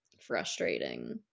frustrating